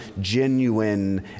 genuine